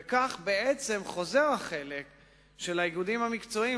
בכך חוזר החלק של האיגודים המקצועיים